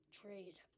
trade